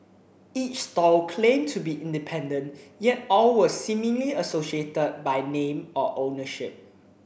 each stall claimed to be independent yet all were seemingly associated by name or ownership